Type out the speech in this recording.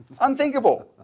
Unthinkable